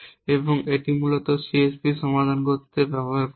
এবং এটি মূলত CSP সমাধান করতে ব্যবহার করুন